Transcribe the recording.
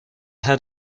head